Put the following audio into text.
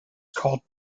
called